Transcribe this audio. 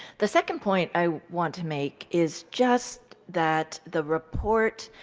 the second point i want to make is just that the report,